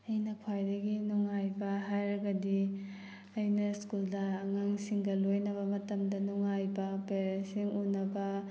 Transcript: ꯑꯩꯅ ꯈ꯭ꯋꯥꯏꯗꯒꯤ ꯅꯨꯡꯉꯥꯏꯕ ꯍꯥꯏꯔꯒꯗꯤ ꯑꯩꯅ ꯁ꯭ꯀꯨꯜꯗ ꯑꯉꯥꯡꯁꯤꯡꯒ ꯂꯣꯏꯅꯕ ꯃꯇꯝꯗ ꯅꯨꯡꯉꯥꯏꯕ ꯄꯦꯔꯦꯟꯁꯁꯤꯡ ꯎꯅꯕ